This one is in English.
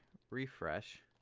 refresh.